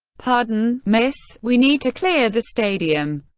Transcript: pardon, miss, we need to clear the stadium.